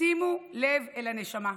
שימו לב אל הנשמה.